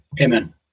Amen